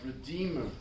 Redeemer